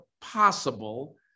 possible